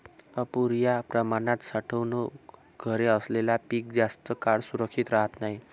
अपुर्या प्रमाणात साठवणूक घरे असल्याने पीक जास्त काळ सुरक्षित राहत नाही